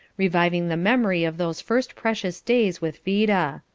reviving the memory of those first precious days with vida.